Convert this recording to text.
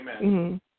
Amen